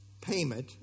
payment